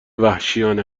وحشیانه